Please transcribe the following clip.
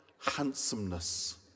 handsomeness